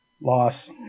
loss